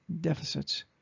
deficits